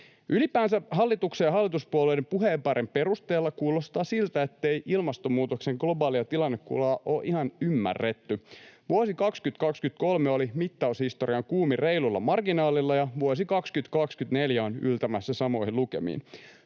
Ylipäänsä hallituksen ja hallituspuolueiden puheenparren perusteella kuulostaa siltä, ettei ilmastonmuutoksen globaalia tilannekuvaa ole ihan ymmärretty. Vuosi 2023 oli mittaushistorian kuumin reilulla marginaalilla, ja vuosi 2024 on yltämässä samoihin lukemiin.